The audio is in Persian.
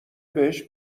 بهش